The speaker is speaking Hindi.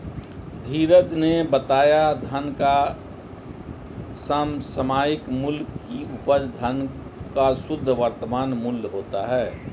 धीरज ने बताया धन का समसामयिक मूल्य की उपज धन का शुद्ध वर्तमान मूल्य होता है